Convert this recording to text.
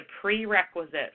prerequisite